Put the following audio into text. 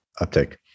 uptake